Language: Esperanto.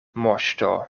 moŝto